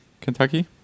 Kentucky